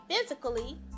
physically